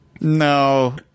no